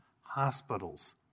hospitals